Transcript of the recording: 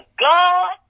God